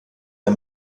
der